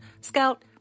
Scout